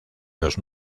los